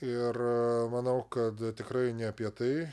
ir manau kad tikrai ne apie tai